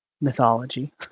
mythology